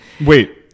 Wait